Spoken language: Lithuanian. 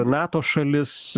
nato šalis